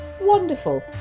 wonderful